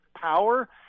power